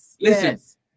listen